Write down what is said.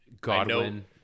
Godwin